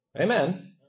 Amen